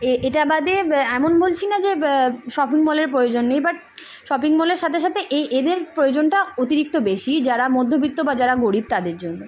এ এটা বাদে এমন বলছি না যে শপিং মলের প্রয়োজন নেই বাট শপিং মলের সাথে সাথে এই এদের প্রয়োজনটা অতিরিক্ত বেশি যারা মধ্যবিত্ত বা যারা গরীব তাদের জন্য